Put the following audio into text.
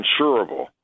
insurable